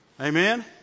Amen